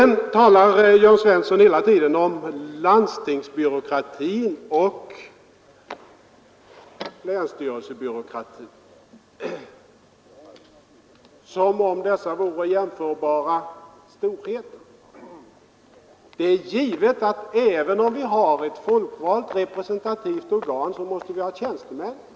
Vidare talade herr Svensson hela tiden om landstingsbyråkrati och länsstyrelsebyråkrati som om det var jämförbara storheter. Även om vi har ett folkvalt representativt organ måste vi självfallet ha tjänstemän.